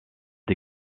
des